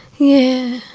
yeah.